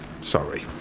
Sorry